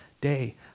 day